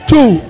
Two